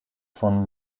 von